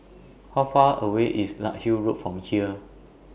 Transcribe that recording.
How Far away IS Larkhill Road from here